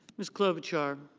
ms. clover chart.